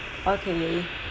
okay